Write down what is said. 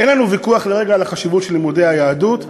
אין לנו ויכוח לרגע על החשיבות של לימודי היהדות.